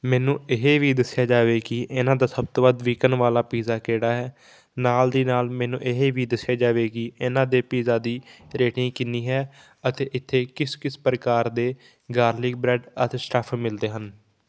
ਮੈਨੂੰ ਇਹ ਵੀ ਦੱਸਿਆ ਜਾਵੇ ਕਿ ਇਹਨਾਂ ਦਾ ਸਭ ਤੋਂ ਵੱਧ ਵਿਕਣ ਵਾਲਾ ਪੀਜ਼ਾ ਕਿਹੜਾ ਹੈ ਨਾਲ ਦੀ ਨਾਲ ਮੈਨੂੰ ਇਹ ਵੀ ਦੱਸਿਆ ਜਾਵੇ ਕਿ ਇਹਨਾਂ ਦੇ ਪੀਜ਼ਾ ਦੀ ਰੇਟਿੰਗ ਕਿੰਨੀ ਹੈ ਅਤੇ ਇੱਥੇ ਕਿਸ ਕਿਸ ਪ੍ਰਕਾਰ ਦੇ ਗਾਰਲਿਕ ਬ੍ਰੈਡ ਅਤੇ ਸਟਫ ਮਿਲਦੇ ਹਨ